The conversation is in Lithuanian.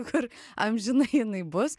kur amžinai jinai bus